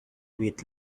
with